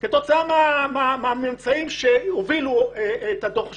כתוצאה מהממצאים שהובילו את הדוח שלי.